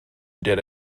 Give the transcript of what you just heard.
did